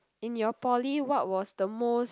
in your poly what was the most